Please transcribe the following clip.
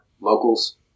locals